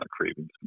cravings